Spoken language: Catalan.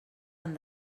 han